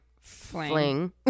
fling